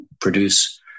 produce